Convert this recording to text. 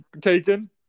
taken